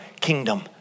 kingdom